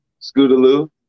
Scootaloo